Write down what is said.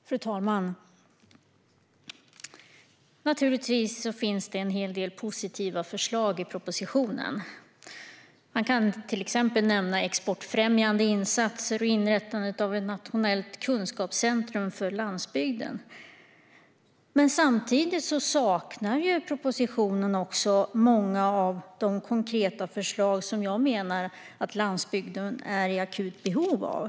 Fru talman! Det finns naturligtvis en hel del positiva förslag i propositionen. Man kan till exempel nämna exportfrämjande insatser och inrättandet av ett nationellt kunskapscentrum för landsbygden. Men samtidigt saknar propositionen många av de konkreta förslag som jag menar att landsbygden är i akut behov av.